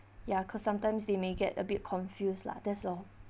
ya cause sometimes they may get a bit confused lah that's all